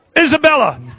Isabella